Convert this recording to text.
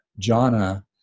jhana